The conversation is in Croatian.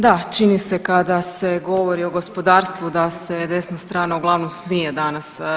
Da, čini se kada se govori o gospodarstvu da se desna strana uglavnom smije danas.